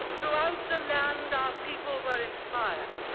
throughout the land our people were inspired.